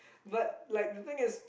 but like the thing is